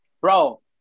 bro